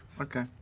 Okay